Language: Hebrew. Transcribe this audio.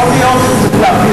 יכול להיות שצריך,